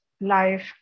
life